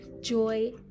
joy